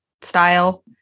style